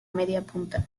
mediapunta